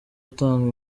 utanga